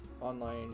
online